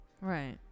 Right